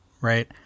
right